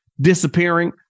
disappearing